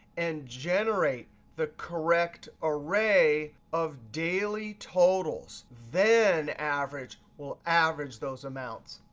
and generate the correct array of daily totals. then average will average those amounts.